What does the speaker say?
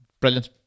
Brilliant